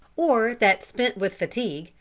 or that, spent with fatigue,